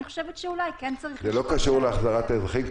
אני חושבת שאולי כן צריך לשקול --- זה לא קשור להחזרת האזרחים,